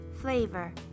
flavor